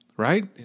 right